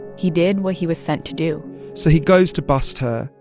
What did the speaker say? he did where he was sent to do so he goes to bust her.